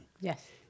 Yes